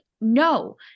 no